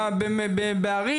בערים,